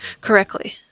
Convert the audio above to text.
correctly